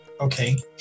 okay